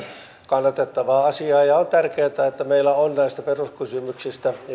kannatettavaa asiaa ja ja on tärkeätä että meillä on näistä peruskysymyksistä